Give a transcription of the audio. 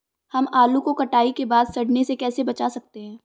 हम आलू को कटाई के बाद सड़ने से कैसे बचा सकते हैं?